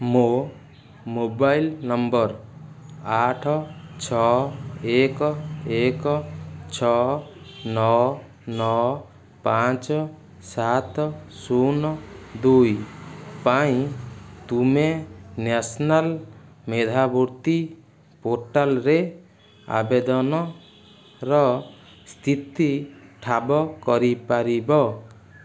ମୋ mobile number ଆଠ ଛଅ ଏକ ଏକ ଛଅ ନଅ ନଅ ପାଞ୍ଚ ସାତ ଶୂନ ଦୁଇ ପାଇଁ ତୁମେ ନ୍ୟାସନାଲ୍ ମେଧାବୃତ୍ତି ପୋର୍ଟାଲରେ ଆବେଦନର ସ୍ଥିତି ଠାବ କରିପାରିବ